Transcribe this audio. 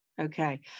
Okay